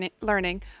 learning